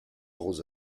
gros